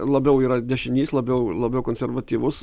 labiau yra dešinys labiau labiau konservatyvus